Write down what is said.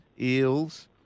Eels